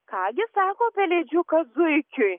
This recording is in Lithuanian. ką gi sako pelėdžiukas zuikiui